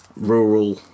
rural